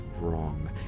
wrong